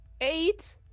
Eight